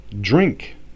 drink